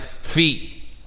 feet